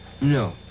No